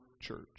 church